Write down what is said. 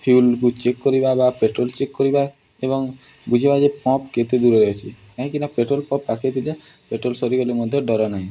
ଫ୍ୟୁଲ୍କୁ check କରିବା ବା petrol check କରିବା ଏବଂ ବୁଝିବା ଯେ ପମ୍ପ କେତେ ଦୂର ରହିଛି କାହିଁକିନା ପେଟ୍ରୋଲ ପମ୍ପ ପାଖରେ ଥିଲେ ପେଟ୍ରୋଲ ସରିଗଲେ ମଧ୍ୟ ଡର ନାହିଁ